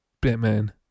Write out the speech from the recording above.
Batman